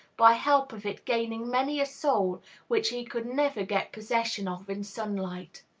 by help of it gaining many a soul which he could never get possession of in sunlight.